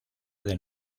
del